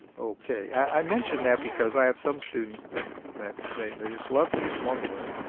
okay. i mention that because i have some students that that they they just love to use formulas.